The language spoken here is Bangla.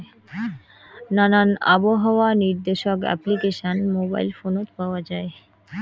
নানান আবহাওয়া নির্দেশক অ্যাপ্লিকেশন মোবাইল ফোনত পাওয়া যায়